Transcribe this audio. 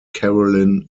carolyn